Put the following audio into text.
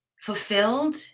fulfilled